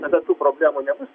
tada tų problemų nebus